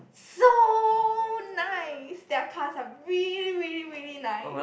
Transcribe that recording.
so nice their cars are really really really nice